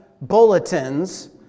bulletins